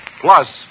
plus